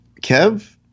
Kev